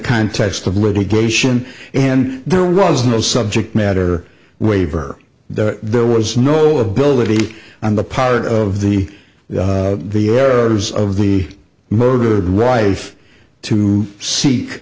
context of litigation and there was no subject matter waiver there was no ability on the part of the the errors of the murdered rife to